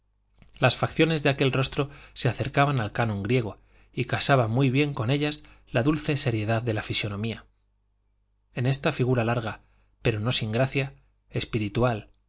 las facciones de aquel rostro se acercaban al canon griego y casaba muy bien con ellas la dulce seriedad de la fisonomía en esta figura larga pero no sin gracia espiritual